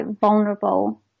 vulnerable